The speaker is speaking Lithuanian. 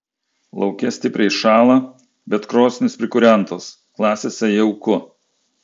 lauke stipriai šąla bet krosnys prikūrentos klasėse jauku